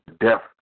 Death